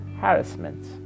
harassment